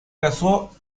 casó